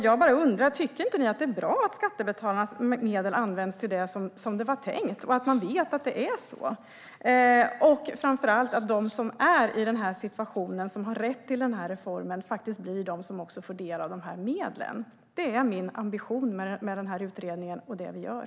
Jag undrar bara: Tycker ni inte att det är bra att skattebetalarnas medel används till det som det är tänkt och att man vet att det är så och framför allt att de som är i denna situation och har rätt till denna reform är de som faktiskt får del av dessa medel? Det är i alla fall min ambition med denna utredning och med det vi gör.